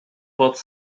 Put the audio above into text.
pode